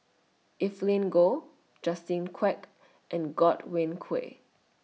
Evelyn Goh Justin Quek and Godwin Koay